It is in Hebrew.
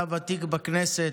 אתה ותיק בכנסת.